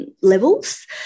levels